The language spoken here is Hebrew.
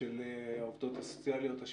של העובדות הסוציאליות והעובדים הסוציאליים,